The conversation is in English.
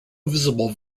visible